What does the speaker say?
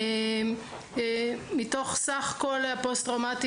מתוך סך כל הפוסט-טראומטיים,